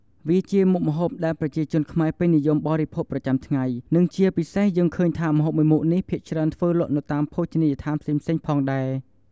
វាជាមុខម្ហូបដែលប្រជាជនខ្មែរពេញនិយមបរិភោគជាប្រចាំថ្ងៃ និងជាពិសេសយើងឃើញថាម្ហូបមួយមុខនេះភាគច្រើនធ្វើលក់តាមភោជនីយដ្ឋានផ្សេងៗផងដែរ។